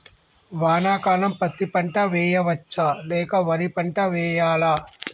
వానాకాలం పత్తి పంట వేయవచ్చ లేక వరి పంట వేయాలా?